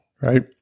right